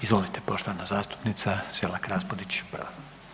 Izvolite poštovana zastupnica Selak Raspudić, prva.